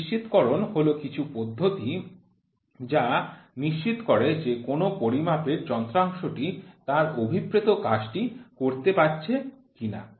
নিশ্চিতকরণ হল কিছু পদ্ধতি যা নিশ্চিত করে যে কোন পরিমাপের যন্ত্রাংশটি তার অভিপ্রেত কাজটি করতে পারছে কিনা